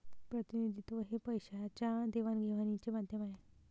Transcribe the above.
प्रतिनिधित्व हे पैशाच्या देवाणघेवाणीचे माध्यम आहे